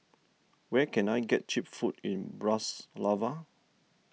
where can I get Cheap Food in Bratislava